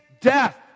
death